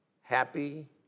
Happy